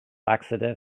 accident